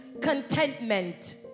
contentment